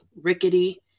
rickety